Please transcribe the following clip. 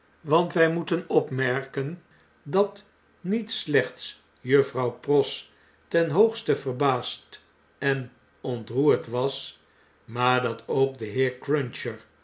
want wij moeten opmerken dat niet slechts juffrouw pross ten hoogste verbaasd en ontroerd was maar dat ook de heer cruncher